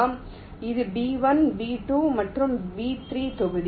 இது B 1 B 2 மற்றும் B 3 தொகுதி